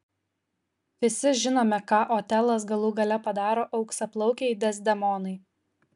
visi žinome ką otelas galų gale padaro auksaplaukei dezdemonai